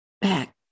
Back